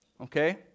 okay